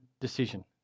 decision